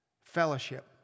fellowship